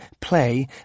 play